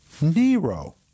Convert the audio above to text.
Nero